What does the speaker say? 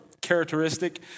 characteristic